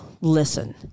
Listen